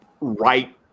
right